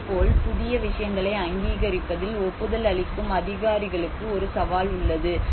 இதேபோல் புதிய விஷயங்களை அங்கீகரிப்பதில் ஒப்புதல் அளிக்கும் அதிகாரிகளுக்கு ஒரு சவால் உள்ளது